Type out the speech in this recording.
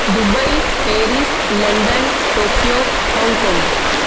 Dubai Paris London Tokyo Hong Kong